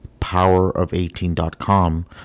Powerof18.com